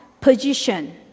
position